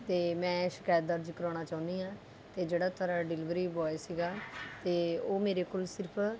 ਅਤੇ ਮੈਂ ਸ਼ਿਕਾਇਤ ਦਰਜ ਕਰਾਉਣਾ ਚਾਹੁੰਦੀ ਹਾਂ ਅਤੇ ਜਿਹੜਾ ਤੁਹਾਡਾ ਡਿਲੀਵਰੀ ਬੋਆਏ ਸੀਗਾ ਅਤੇ ਉਹ ਮੇਰੇ ਕੋਲ ਸਿਰਫ